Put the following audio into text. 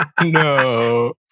no